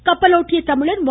C கப்பலோட்டிய தமிழன் வ